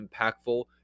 impactful